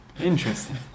Interesting